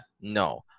no